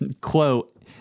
quote